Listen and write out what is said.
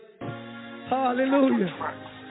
Hallelujah